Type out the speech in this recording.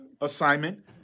assignment